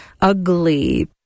ugly